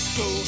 go